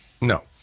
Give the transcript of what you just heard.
No